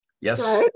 Yes